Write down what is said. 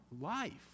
life